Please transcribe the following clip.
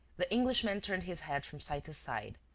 the englishman turned his head from side to side,